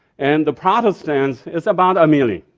and the protestants, it's about a million.